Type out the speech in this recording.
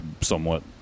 somewhat